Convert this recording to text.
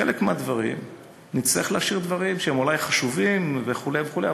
בחלק מהדברים נצטרך להשאיר דברים שהם אולי חשובים וכו' וכו',